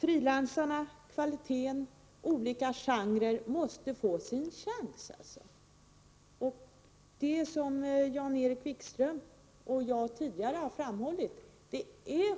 Frilansmusikerna, kvalitetsfrågorna och olika genrer måste få sin chans. Som Jan-Erik Wikström och jag har framhållit är den